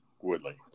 Woodley